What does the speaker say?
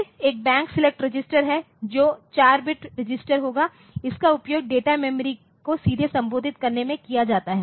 फिर एक bank select register है जो 4 बिट रजिस्टर होता है इसका उपयोग डेटा मेमोरी को सीधे संबोधित करने में किया जाता है